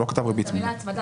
הוא לא כתב ריבית צמודה.